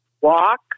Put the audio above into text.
walk